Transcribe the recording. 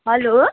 hello